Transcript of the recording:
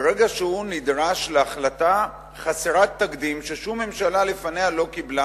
ברגע שהוא נדרש להחלטה חסרת התקדים ששום ממשלה לפניה לא קיבלה,